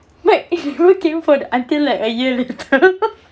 like looking for until like a year later